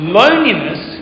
loneliness